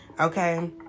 Okay